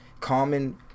common